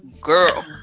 girl